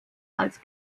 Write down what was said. als